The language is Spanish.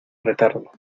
retardo